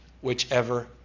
whichever